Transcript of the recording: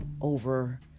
over